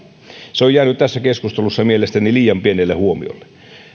se on jäänyt tässä keskustelussa mielestäni liian pienelle huomiolle